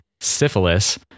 syphilis